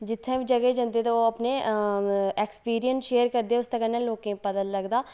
जित्थै बी जगह् जंदे ते ओह् अपने ऐक्सपिरियंस शेयर करदे उसदे कन्नै लोकें ई पता लगदा